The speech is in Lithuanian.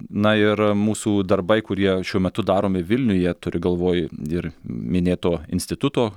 na ir mūsų darbai kurie šiuo metu daromi vilniuje turiu galvoj ir minėto instituto